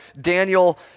Daniel